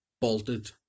bolted